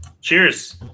Cheers